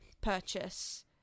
purchase